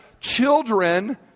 children